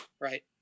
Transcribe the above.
right